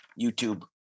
YouTube